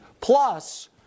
plus